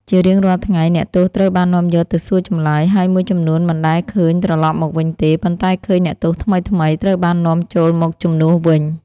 ជារៀងរាល់ថ្ងៃ អ្នកទោសត្រូវបាននាំយកទៅសួរចម្លើយ ហើយមួយចំនួនមិនដែលឃើញត្រឡប់មកវិញទេ ប៉ុន្តែឃើញ អ្នកទោសថ្មីៗ ត្រូវបាននាំចូលមកជំនួសវិញ។